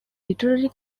literary